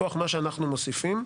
מכוח מה שאנחנו מוסיפים,